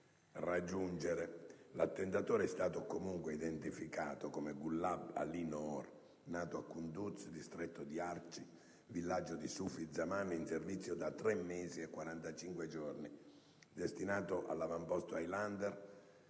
raggiungere. L'attentatore è stato comunque identificato come Gullab Ali Noor, nato nel Kunduz, distretto di Archi, villaggio di Sufi Zaman, in servizio da tre mesi e 45 giorni, destinato all'avamposto Highlander.